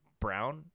Brown